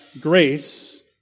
grace